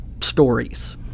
Stories